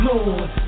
Lord